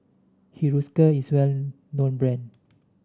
Hiruscar is well known brand